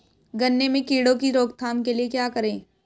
गन्ने में कीड़ों की रोक थाम के लिये क्या करें?